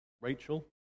Rachel